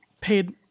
paid